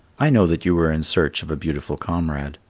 i know that you are in search of a beautiful comrade.